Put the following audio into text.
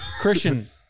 Christian